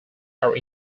are